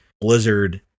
Blizzard